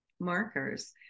markers